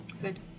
Good